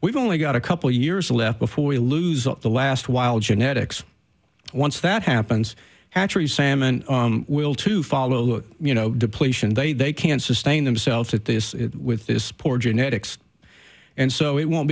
we've only got a couple years left before we lose the last while genetics once that happens actually salmon will to follow you know depletion they they can't sustain themselves at this with this poor genetics and so it won't